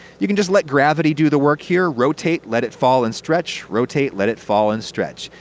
you can just let gravity do the work, here. rotate, let it fall and stretch, rotate, let it fall and stretch.